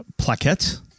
plaquette